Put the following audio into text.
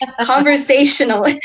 conversational